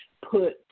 put